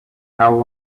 how